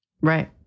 Right